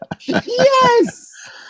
Yes